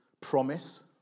promise